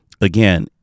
again